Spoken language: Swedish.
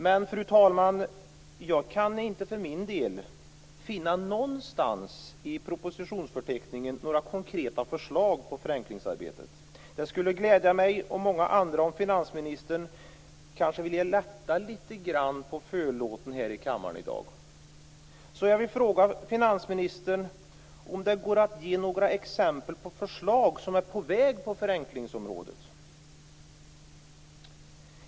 Men, fru talman, jag kan för min del inte finna någonstans i propositionsförteckningen några konkreta förslag på förenklingsarbetet. Det skulle glädja mig och många andra om finansministern kanske ville lätta lite grann på förlåten här i kammaren i dag. Jag vill fråga finansministern om det går att ge några exempel på förslag som är på väg på förenklingsområdet.